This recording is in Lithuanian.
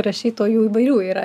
rašytojų įvairių yra